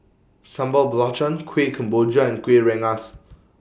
Sambal Belacan Kueh Kemboja and Kuih Rengas